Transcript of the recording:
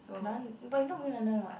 none but you not going to London what